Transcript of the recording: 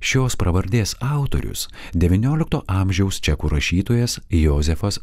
šios pravardės autorius devyniolikto amžiaus čekų rašytojas jozefas